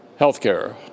healthcare